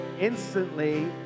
instantly